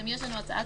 תנו לי תשובה.